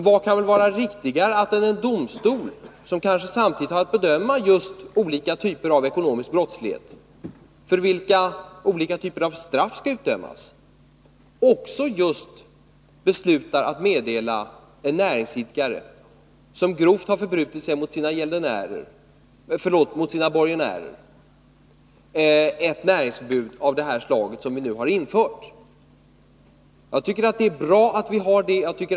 Vad kan vara riktigare än att en domstol som kanske samtidigt har att bedöma olika typer av ekonomisk brottslighet, för vilka olika typer av straff skall utdömas, också beslutar att meddela en näringsidkare, som grovt har förbrutit sig emot sina borgenärer, ett näringsförbud av det slag som vi nu har infört? Jag tycker att det är bra att vi har detta förbud.